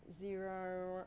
zero